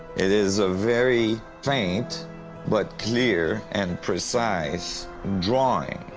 it is a very faint but clear and precise drawing.